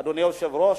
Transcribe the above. אדוני היושב-ראש,